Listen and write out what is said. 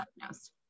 diagnosed